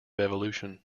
evolution